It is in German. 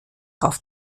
auf